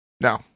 No